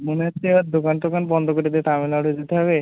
মনে হচ্ছে এবার দোকান টোকান বন্ধ করে দিয়ে তামিলনাড়ু যেতে হবে